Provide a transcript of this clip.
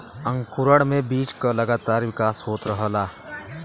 अंकुरण में बीज क लगातार विकास होत रहला